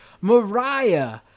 Mariah